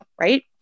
right